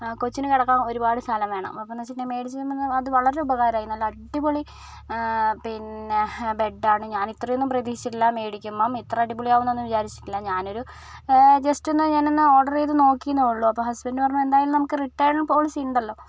കൊച്ചിന് കിടക്കാൻ ഒരുപാട് സ്ഥലം വേണം അ പ്പൊന്ന് വച്ചിട്ടുണ്ടെങ്കിൽ മേടിച്ചു കഴിഞ്ഞപ്പോൾ അത് വളരെ ഉപകാരമായി നല്ല അടിപൊളി പിന്നെ ബെഡാണ് ഞാൻ ഇത്രയൊന്നും പ്രതീക്ഷിച്ചില്ല മേടിക്കുമ്പോൾ ഇത്ര അടിപൊളി ആകുമെന്ന് വിചാരിച്ചില്ല ഞാൻ ഒരു ജസ്റ്റ് ഒന്ന് ഓർഡർ ചെയ്തു നോക്കിയന്നേയുള്ളൂ അപ്പം ഹസ്ബൻഡ് പറഞ്ഞു എന്തായാലും നമുക്ക് റിട്ടേൺ പോളിസി ഉണ്ടല്ലോ